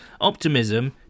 optimism